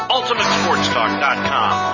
UltimateSportsTalk.com